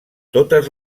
totes